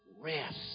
rest